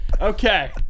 Okay